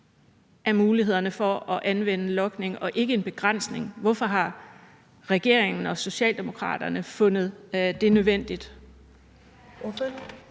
af mulighederne for at anvende logning og ikke en begrænsning. Hvorfor har regeringen og Socialdemokraterne fundet det nødvendigt?